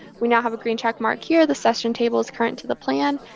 we now have a green check mark here. the session table is current to the plan.